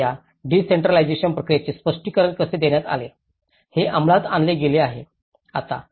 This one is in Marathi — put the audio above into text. तर आता या डिसेंट्रलाजेशन प्रक्रियेचे स्पष्टीकरण कसे देण्यात आले ते अंमलात आणले गेले आहे